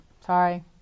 Sorry